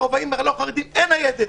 ברובעים הלא חרדיים אין ניידת.